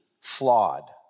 flawed